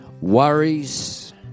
worries